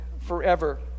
forever